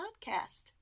podcast